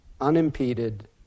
unimpeded